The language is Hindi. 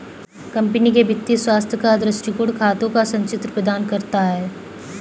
कंपनी के वित्तीय स्वास्थ्य का दृष्टिकोण खातों का संचित्र प्रदान करता है